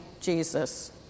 Jesus